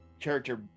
character